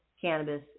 cannabis